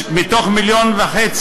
מתוך 1.5 מיליון,